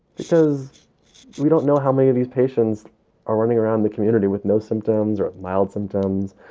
because we don't know how many of these patients are running around the community with no symptoms or mild symptoms.